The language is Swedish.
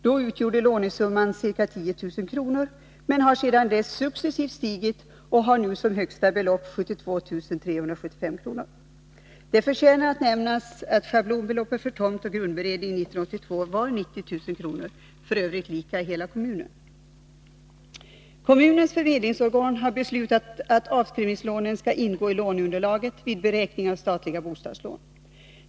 Då utgjorde lånesumman ca 10 000 kr., men den har sedan dess successivt stigit, och högsta belopp är nu 72 375 kr. Det förtjänar att nämnas att schablonbeloppet för tomt och grundberedning 1982 var 90 000 kr., f. ö. lika i hela kommunen. Kommunens förmedlingsorgan har beslutat att avskrivningslånen skall ingå i låneunderlaget vid beräkning av statliga bostadslån.